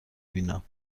بینم